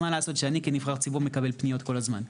מה לעשות שאני כנבחר ציבור מקבל פניות הזמן?